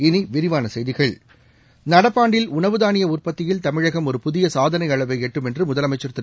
இனி விரிவான செய்கிகள் நடப்பாண்டில் உணவு தானிய உற்பத்தியில் தமிழகம் ஒரு புதிய சாதனை அளவை எட்டும் என்று முதலமைச்சா் திரு